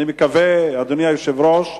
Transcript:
אדוני היושב-ראש,